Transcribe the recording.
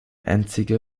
einzige